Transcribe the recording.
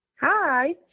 Hi